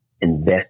invest